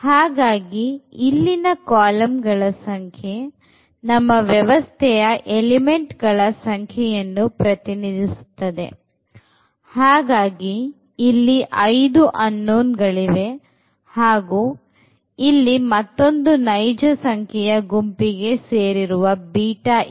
ಹಾಗಾಗಿ ಇಲ್ಲಿನ ಕಾಲಂ ಗಳ ಸಂಖ್ಯೆ ನಮ್ಮ ವ್ಯವಸ್ಥೆಯ ಎಲಿಮೆಂಟ್ ಗಳ ಸಂಖ್ಯೆಯನ್ನು ಪ್ರತಿನಿಧಿಸುತ್ತದೆ ಹಾಗಾಗಿ ಇಲ್ಲಿ 5 unknown ಗಳಿವೆ ಹಾಗೂ ಇಲ್ಲಿ ಮತ್ತೊಂದು ನೈಜ ಸಂಖ್ಯೆಯ ಗುಂಪಿಗೆ ಸೇರಿರುವ β ಇದೆ